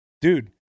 dude